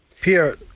Pierre